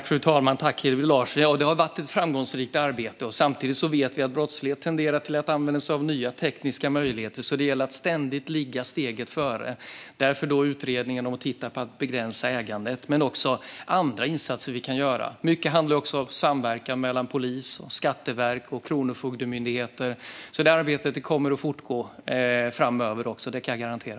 Fru talman! Ja, det har varit ett framgångsrikt arbete. Samtidigt vet vi att brottslighet tenderar att använda sig av nya tekniska möjligheter. Det gäller att ständigt ligga steget före. Därför tillsattes utredningen om att begränsa ägandet. Det finns också andra insatser vi kan göra. Mycket handlar om samverkan mellan polisen, Skatteverket och Kronofogdemyndigheten. Det här arbetet kommer att fortgå framöver. Det kan jag garantera.